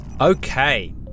Okay